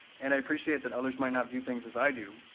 and i appreciate that others might not view things as i do,